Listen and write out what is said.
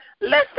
Listen